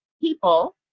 people